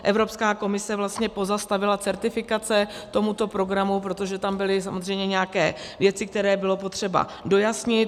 Evropská komise vlastně pozastavila certifikace k tomuto programu, protože tam byly samozřejmě nějaké věci, které bylo potřeba dojasnit.